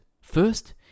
First